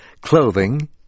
clothing